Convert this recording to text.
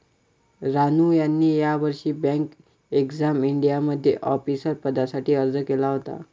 रानू यांनी यावर्षी bank exam इंडियामध्ये ऑफिसर पदासाठी अर्ज केला होता